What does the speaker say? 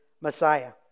messiah